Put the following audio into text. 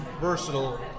versatile